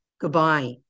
goodbye